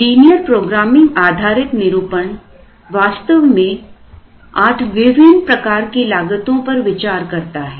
linear programming आधारित निरूपण वास्तव में आठ विभिन्न प्रकार की लागतों पर विचार करता है